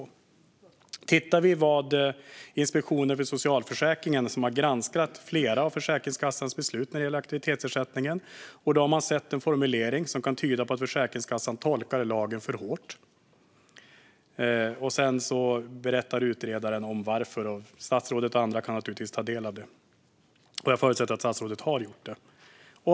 Vi kan titta på vad Inspektionen för socialförsäkringen sagt, som har granskat flera av Försäkringskassans beslut när det gäller aktivitetsersättningen. Den har sett en formulering som kan tyda på att Försäkringskassan tolkar lagen för hårt. Sedan berättar utredaren om varför. Statsrådet och andra kan naturligtvis ta del av det. Jag förutsätter att statsrådet har gjort det.